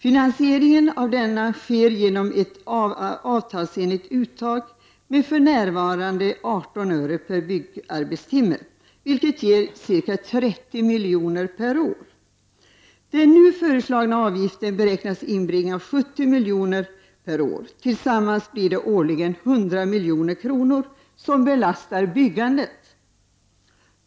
Finansieringen av denna sker genom ett avtalsenligt uttag med för närvarande 18 öre per byggarbetstimme, vilket ger ca 30 miljoner per år. Den nu föreslagna avgiften beräknas inbringa 70 miljoner per år. Tillsammans blir det årligen 100 miljoner som belastar byggandet.